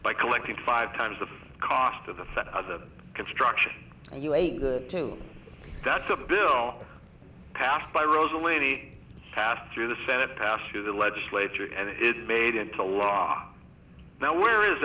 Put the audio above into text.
by collecting five times the cost of the for other construction that's a bill passed by rosalynn a pass through the senate passed through the legislature and it is made into law now where is